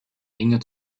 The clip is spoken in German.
enger